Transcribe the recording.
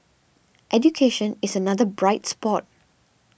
education is another bright spot